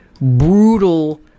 brutal